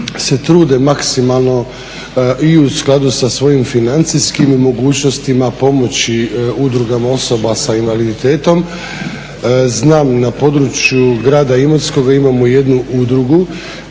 se trude maksimalno i u skladu sa svojim financijskim mogućnostima pomoći udrugama osoba s invaliditetom. Znam na području grada Imotskog imamo jednu udrugu